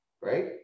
right